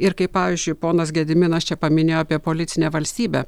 ir kaip pavyzdžiui ponas gediminas čia paminėjo apie policinę valstybę